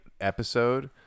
episode